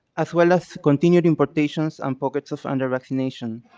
as well as continued importations and pockets of under-vaccination.